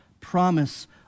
promise